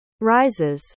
rises